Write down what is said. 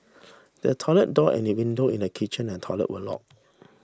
the toilet door and the window in the kitchen and toilet were locked